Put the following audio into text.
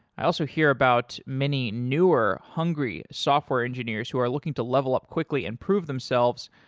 i also hear about many newer hungry software engineers who are looking to level up quickly and prove themselves,